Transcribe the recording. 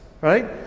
right